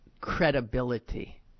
credibility